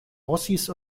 ossis